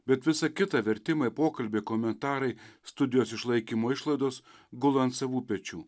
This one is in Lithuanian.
bet visa kita vertimai pokalbiai komentarai studijos išlaikymo išlaidos gula ant savų pečių